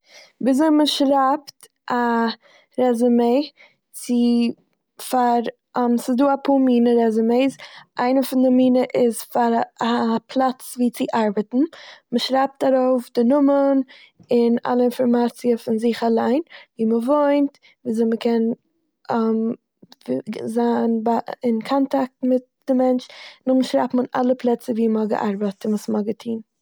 וויזוי מ'שרייבט א רעזעמעי- צו- פאר- ס'דא אפאר מינע רעזעמעיס. איינע פון די מינע איז פאר א פלאץ וואו צו ארבעטן. מ'שרייבט ארויף די נאמען און אלע אינפערמאציע פון זיך אליין, וואו מ'וואוינט, וויזוי מ'קען ג- זיין ביי- אין קאנטעקט מיט די מענטש, נאכדעם שרייבט מען אלע פלעצער וואו מ'האט געארבעט און וואס מ'האט געטוהן.